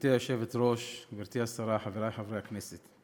גברתי היושבת-ראש, גברתי השרה, חברי חברי הכנסת,